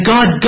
God